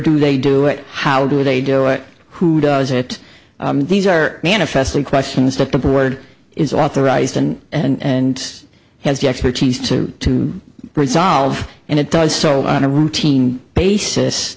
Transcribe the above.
do they do it how do they do it who does it these are manifestly questions that the board is authorized and and has the expertise to resolve and it does so on a routine basis